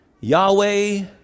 Yahweh